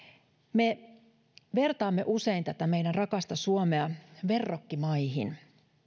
me vertaamme usein tätä meidän rakasta suomea verrokkimaihin